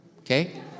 okay